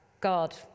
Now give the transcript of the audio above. God